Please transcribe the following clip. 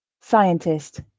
Scientist